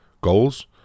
goals